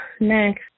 next